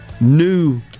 new